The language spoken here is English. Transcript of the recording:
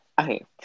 okay